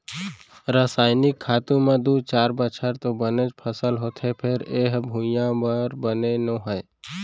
रसइनिक खातू म दू चार बछर तो बनेच फसल होथे फेर ए ह भुइयाँ बर बने नो हय